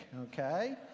okay